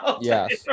Yes